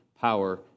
power